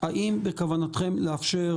האם בכוונתכם לאפשר,